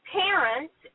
parents